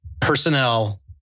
personnel